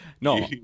No